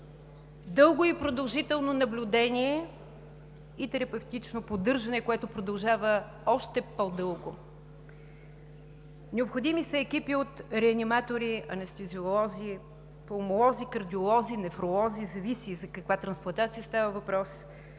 дълго и продължително наблюдение и терапевтично поддържане, което продължава още по-дълго. Необходими са екипи от реаниматори, анестезиолози, пулмолози, кардиолози, нефролози – зависи за каква трансплантация става въпрос,